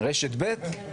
רשת ב'?